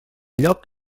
lloc